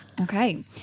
Okay